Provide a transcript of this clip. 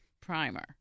primer